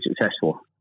successful